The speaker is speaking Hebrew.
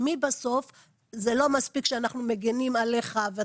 בסוף שזה לא מספיק שאנחנו מגנים עליך,